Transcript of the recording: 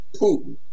Putin